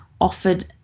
offered